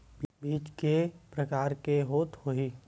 बीज के प्रकार के होत होही?